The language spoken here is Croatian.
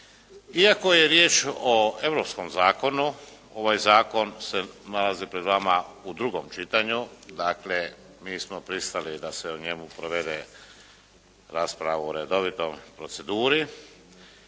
Iako je riječ o europskom zakonu ovaj zakon se nalazi pred vama u drugom čitanju. Dakle mi smo pristalo da se o njemu provede rasprava u redovitoj proceduri